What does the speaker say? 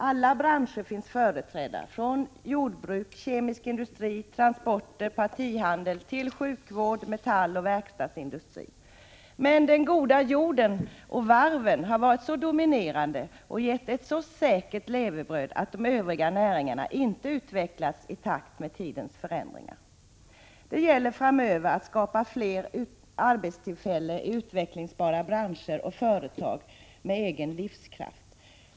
Alla branscher finns företrädda, från jordbruk, kemisk industri, transporter, partihandel till sjukvård, metalloch verkstadsindustri. Men den goda jorden och varven har varit så dominerande och gett ett så ”säkert” levebröd att de övriga näringarna inte utvecklats i takt med tidens förändringar. Det gäller framöver att skapa fler arbetstillfällen i utvecklingsbara branscher och företag med egen livskraft.